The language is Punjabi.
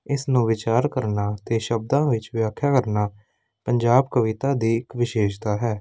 ਇਸ ਨੂੰ ਵਿਚਾਰ ਕਰਨਾ ਅਤੇ ਸ਼ਬਦਾਂ ਵਿੱਚ ਵਿਆਖਿਆ ਕਰਨਾ ਪੰਜਾਬੀ ਕਵਿਤਾ ਦੀ ਇੱਕ ਵਿਸ਼ੇਸ਼ਤਾ ਹੈ